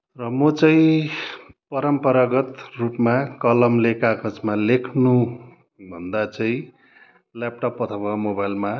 र म चाहिँ परम्परागत रूपमा कलमले कागजमा लेख्नुभन्दा चाहिँ ल्यापटप अथवा मोबाइलमा